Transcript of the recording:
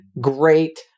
great